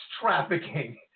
trafficking